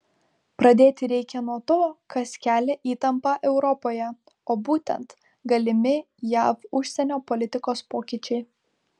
pradėti reikia nuo to kas kelia įtampą europoje o būtent galimi jav užsienio politikos pokyčiai